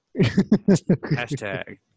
Hashtag